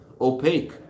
opaque